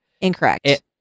Incorrect